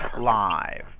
live